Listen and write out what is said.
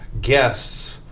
guests